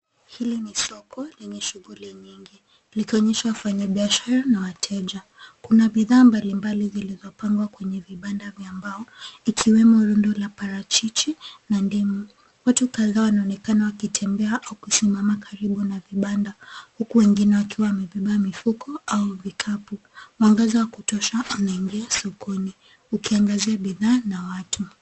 Hili ni soko lenye shughuli nyingi likionyesha wafanya biashara na wateja. Kuna bidhaa mbali mbali zilizopangwa kwenye vibanda vya mbao ikiwemo rundo la parachichi na ndimu. Watu kadhaa wanaonekana wakitembea au kusimama karibu na vibanda huku wengine wakiwa wamebeba mifuko au vikapu. Mwangaza wa kutosha unaingia sokoni ukiangazia bidhaa na watu.